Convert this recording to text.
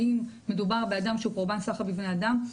האם מדובר בבן אדם שהוא קורבן סחר בבני אדם,